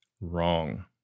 Wrong